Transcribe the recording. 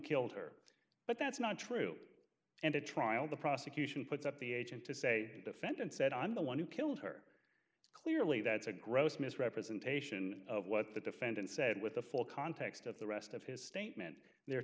killed her but that's not true and a trial the prosecution puts up the agent to say defendant said i'm the one who killed her clearly that's a gross misrepresentation of what the defendant said with the full context of the rest of his statement